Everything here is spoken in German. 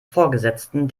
vorgesetzten